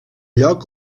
lloc